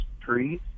trees